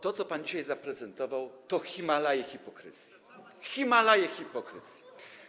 To, co pan dzisiaj zaprezentował, to Himalaje hipokryzji, Himalaje hipokryzji.